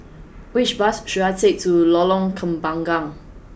which bus should I take to Lorong Kembagan